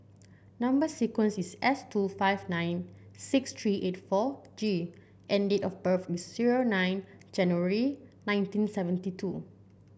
number sequence is S two five nine six three eight four G and date of birth is zero nine January nineteen seventy two